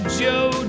joe